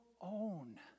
own